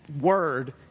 word